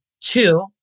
two